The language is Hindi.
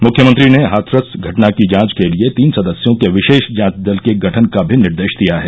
मुख्यमंत्री ने हाथरस घटना की जांच के लिए तीन सदस्यों के विशेष जांच दल के गठन का भी निर्देश दिया है